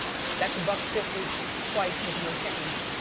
that's a buck fifty twice, with no change.